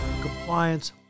Compliance